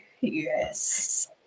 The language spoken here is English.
yes